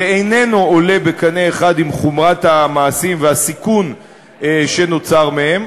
שאיננו עולה בקנה אחד עם חומרת המעשים והסיכון שנוצר מהם,